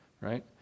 Right